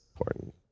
important